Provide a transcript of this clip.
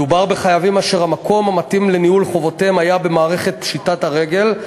מדובר בחייבים אשר המקום המתאים לניהול חובותיהם היה במערכת פשיטת הרגל,